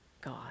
God